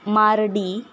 Mardi